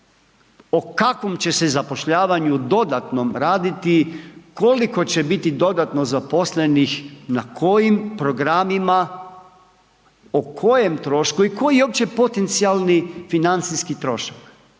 o kakvom će se zapošljavanju dodatnom raditi, koliko će biti dodatno zaposlenih na kojim programima, o kojem trošku i koji je uopće potencijalni financijski trošak.